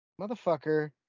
motherfucker